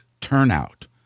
turnout